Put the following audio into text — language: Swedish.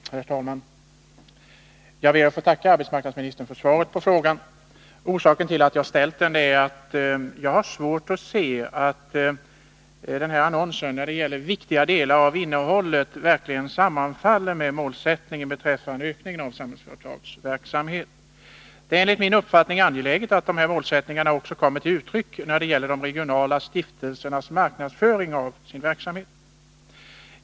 Herr talman! Jag ber att få tacka arbetsmarknadsministern för svaret på frågan. Orsaken till att jag har ställt den är att jag har svårt att se att den här annonsen när det gäller viktiga delar av innehållet verkligen sammanfaller med målsättningen beträffande ökningen av Samhällsföretags verksamhet. Det är enligt min uppfattning angeläget att dessa målsättningar också kommer till uttryck när det gäller de regionala stiftelsernas marknadsföring av sin verksamhet.